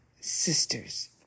sisters